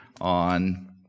on